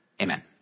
Amen